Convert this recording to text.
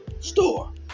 store